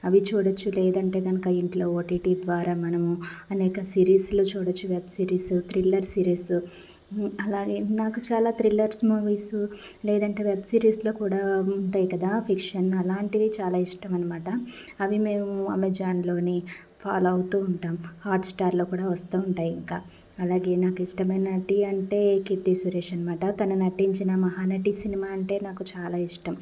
అవి చూడొచ్చు లేదంటే గనుక ఇంట్లో ఓటీటీ ద్వారా మనము అనేక సిరీస్లో చూడొచ్చు వెబ్ సిరీస్ త్రిల్లర్ సిరీస్ అలాగే నాకు చాలా థ్రెల్లర్స్ మూవీస్ లేదంటే వెబ్ సిరీస్లో కూడా ఉంటాయి కదా ఫ్రిక్షన్ అలాంటివి చాలా ఇష్టం అనమాట అవి మేము ఆమెజాన్లోని ఫాలో అవుతూ ఉంటాం హాట్స్టార్లో కూడా వస్తూ ఉంటాయి ఇంకా అలాగే నాకు ఇష్టమైన నటీ అంటే కీర్తి సురేష్ అనమాట తను నటించిన మహానటి సినిమా అంటే నాకు చాలా ఇష్టం